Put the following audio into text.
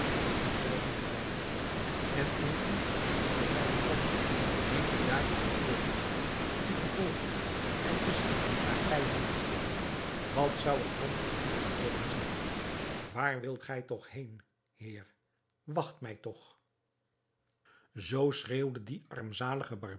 aan u zelven te wijten en indien ik van mijnen kant niet bedaard had volgehouden u te volgen en te zien waar gij heen gingt wat zou er dan van u geworden zijn waar wilt gij toch heen heer wacht mij toch zoo schreeuwde die armzalige